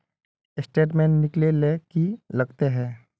Statement निकले ले की लगते है?